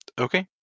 okay